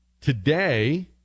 today